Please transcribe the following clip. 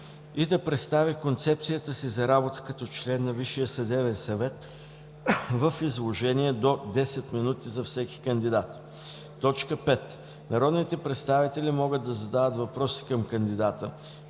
и да представи концепцията си за работа като член на Висшия съдебен съвет в изложение до 10 минути за всеки кандидат. 5. Народните представители могат да задават въпроси към кандидата,